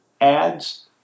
ads